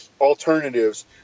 alternatives